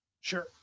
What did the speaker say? Sure